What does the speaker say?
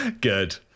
good